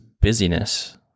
busyness